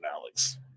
Alex